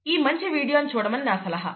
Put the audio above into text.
ఈ మంచి వీడియోను చూడమని నా సలహా